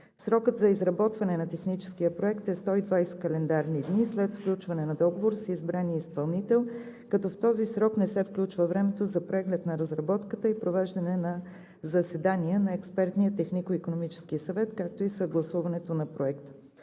Срокът за изработване на техническия проект е 120 календарни дни след сключване на договор с избрания изпълнител, като в този срок не се включва времето за преглед на разработката и провеждане на заседания на Експертния технико-икономически съвет, както и съгласуването на проекта.